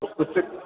उसको सिर्फ़